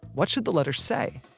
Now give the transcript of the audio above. what should the letter say?